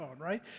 right